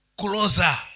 closer